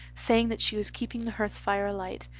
saying that she was keeping the hearth-fire alight,